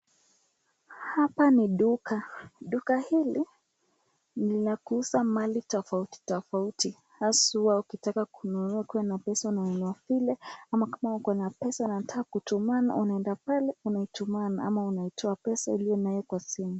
Hapa ni duka. Duka hili ni la kuuza mali tofauti tofauti haswa ukitaka kununua ukiwa na pesa vile ama kama uko na pesa na unataka kutumana unaenda pale unaitumana ama unaitoa pesa uliyo nayo kwa simu.